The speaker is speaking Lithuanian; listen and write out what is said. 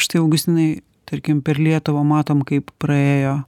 štai augustinai tarkim per lietuvą matom kaip praėjo